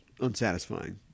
unsatisfying